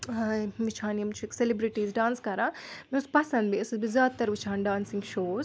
ٲں وُچھان یِم چھِکھ سیٚلِبرٛٹیٖز ڈانٕس کَران مےٚ اوٗس پَسنٛد بیٚیہِ ٲسٕس بہٕ زیادٕ تَر وُچھان ڈانسِنٛگ شوٗز